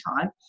time